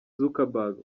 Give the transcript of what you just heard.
zuckerberg